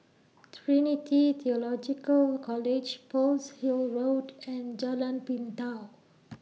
Trinity Theological College Pearl's Hill Road and Jalan Pintau